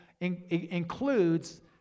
includes